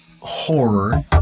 horror